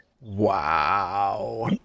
Wow